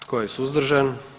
Tko je suzdržan?